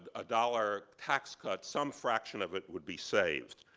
a dollar tax cut, some fraction of it, would be saved.